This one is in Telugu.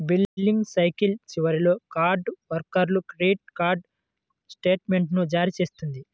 బిల్లింగ్ సైకిల్ చివరిలో కార్డ్ హోల్డర్కు క్రెడిట్ కార్డ్ స్టేట్మెంట్ను జారీ చేస్తుంది